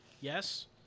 yes